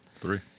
three